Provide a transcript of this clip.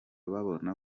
babona